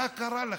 מה קרה לכם?